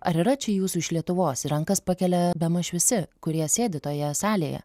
ar yra čia jūsų iš lietuvos ir rankas pakelia bemaž visi kurie sėdi toje salėje